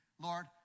Lord